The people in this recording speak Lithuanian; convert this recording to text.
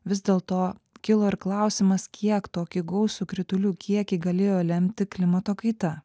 vis dėlto kilo ir klausimas kiek tokį gausų kritulių kiekį galėjo lemti klimato kaita